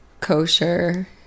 kosher